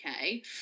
okay